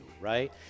right